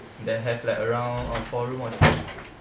that have like around err four room or three room